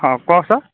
অ কোৱাচোন